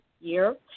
year